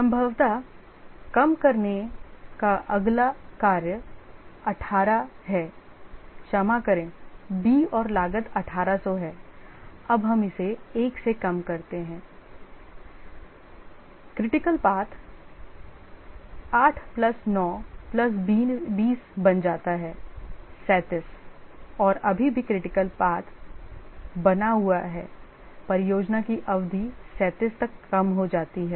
संभवतः कम करने का अगला कार्य 18 है क्षमा करें B और लागत 1800 है अब हम इसे 1 से कम करते हैं critical path 8 प्लस 9 प्लस 20 बन जाता है 37 और अभी भी critical path बना हुआ है परियोजना की अवधि 37 तक कम हो जाती है